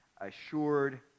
assured